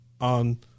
on